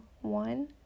one